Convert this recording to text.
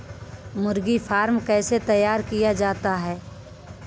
मुर्गी फार्म कैसे तैयार किया जाता है?